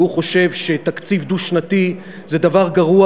והוא חושב שתקציב דו-שנתי זה דבר גרוע.